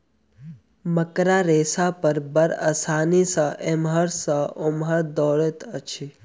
मकड़ा रेशा पर बड़ आसानी सॅ एमहर सॅ ओमहर दौड़ैत अछि